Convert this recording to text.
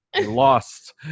lost